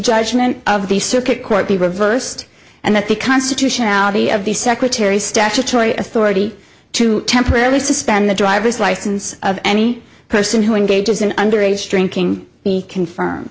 judgment of the circuit court be reversed and that the constitutionality of the secretary statutory authority to temporarily suspend the driver's license of any person who engages in underage drinking be confirmed